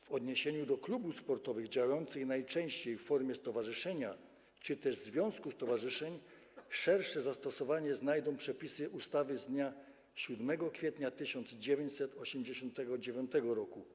W odniesieniu do klubów sportowych działających najczęściej w formie stowarzyszenia czy też związku stowarzyszeń szersze zastosowanie mają przepisy ustawy z dnia 7 kwietnia 1989 r.